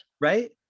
Right